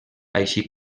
així